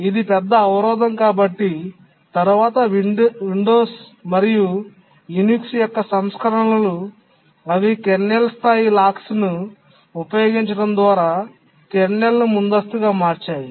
ఇది పెద్ద అవరోధం కాబట్టి తరువాత విండోస్ మరియు యునిక్స్ యొక్క సంస్కరణలు అవి కెర్నల్ స్థాయి లాక్స్ ను ఉపయోగించడం ద్వారా కెర్నల్ను ముందస్తుగా మార్చాయి